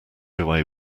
away